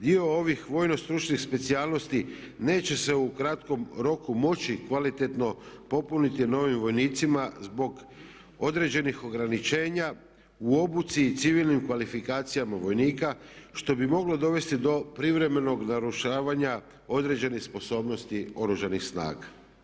Dio ovih vojno-stručnih specijalnosti neće se u kratkom roku moći kvalitetno popuniti novim vojnicima zbog određenih ograničenja u obuci i civilnim kvalifikacijama vojnika što bi moglo dovesti do privremenog narušavanja određenih sposobnosti Oružanih snaga.